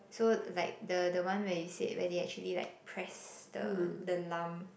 so like the the one where you say where they actually like press the the lump